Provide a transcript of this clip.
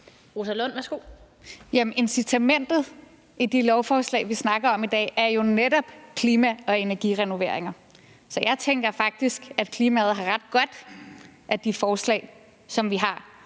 incitamentet i de lovforslag, vi snakker om i dag, er jo netop klima- og energirenoveringer. Så jeg tænker faktisk, at klimaet har ret godt af de forslag, som vi